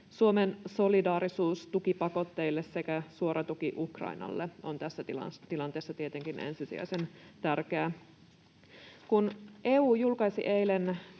Suomen solidaarisuus tukipakotteille sekä suora tuki Ukrainalle on tässä tilanteessa tietenkin ensisijaisen tärkeää. Kun EU julkaisi eilen